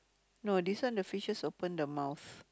no this one the fishes open the mouth